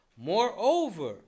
Moreover